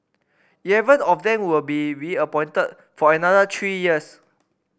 eleven of them will be reappointed for another three years